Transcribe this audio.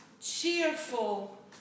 cheerful